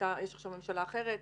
יש עכשיו ממשלה אחרת,